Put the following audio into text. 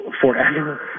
forever